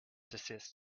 desist